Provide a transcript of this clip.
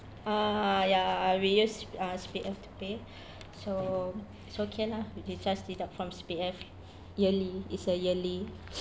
uh ya we use C_P~ ah C_P_F to pay so it's okay lah they just deduct from C_P_F yearly is a yearly